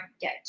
get